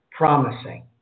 Promising